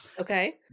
Okay